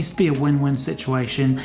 see a win win situation.